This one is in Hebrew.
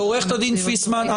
עו"ד פיסמן,